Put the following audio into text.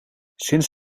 sinds